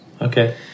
Okay